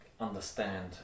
understand